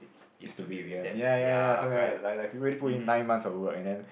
is to be with them ya ya ya something like that like like people already put in nine months of work and then